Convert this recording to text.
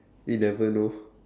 we never know